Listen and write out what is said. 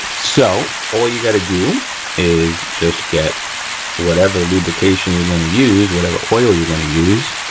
so, all you gotta do is just get whatever lubrication you're gonna use, whatever oil you're gonna use,